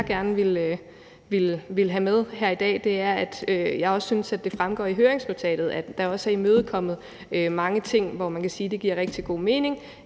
gerne vil have med her i dag, er, at jeg synes, at det fremgår af høringsnotatet, at der er imødekommet mange ting, hvor man kan sige, at det giver rigtig god mening.